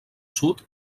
sud